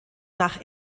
nach